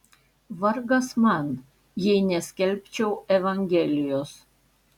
vargas man jei neskelbčiau evangelijos